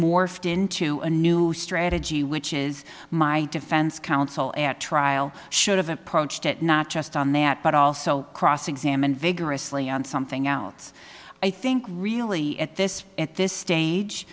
morphed into a new strategy which is my defense counsel at trial should have approached it not just on that but also cross examined vigorously on something else i think really at this at this stage